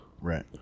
Right